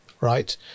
right